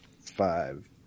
Five